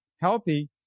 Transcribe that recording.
healthy